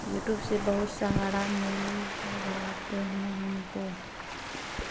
YouTube से बहुत सहारा मिल जाते हैं हमको